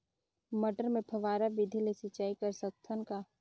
मटर मे फव्वारा विधि ले सिंचाई कर सकत हन का?